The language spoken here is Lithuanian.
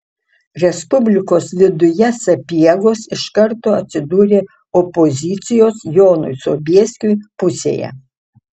respublikos viduje sapiegos iš karto atsidūrė opozicijos jonui sobieskiui pusėje